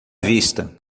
vista